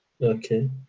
okay